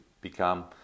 become